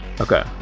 Okay